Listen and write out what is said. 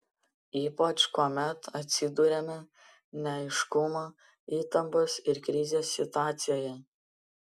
ypač kuomet atsiduriame neaiškumo įtampos ir krizės situacijoje